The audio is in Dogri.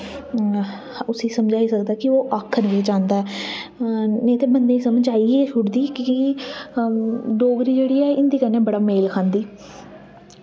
उस्सी समझाई सकदा कि ओह् आक्खन केह् चाहंदा ऐ नेईं ते बंदे गी समझ आई गै शुड़दी कि डोगरी जेह्ड़ी ऐ हिन्दी कन्नै बड़ा मेल खंदी